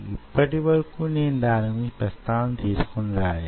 ఇప్పటి వరకు నేను దాని గురించిన ప్రస్తావన తీసుకొని రాలేదు